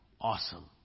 awesome